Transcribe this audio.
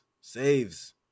saves